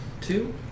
two